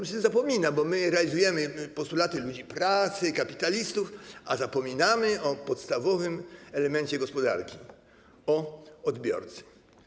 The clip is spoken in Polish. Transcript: O tym się zapomina, bo my realizujemy postulaty ludzi pracy, kapitalistów, a zapominamy o podstawowym elemencie gospodarki - o odbiorcy.